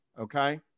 okay